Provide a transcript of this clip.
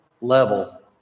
level